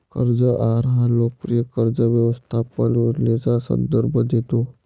कर्ज आहार हा लोकप्रिय कर्ज व्यवस्थापन योजनेचा संदर्भ देतो